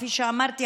כפי שאמרתי,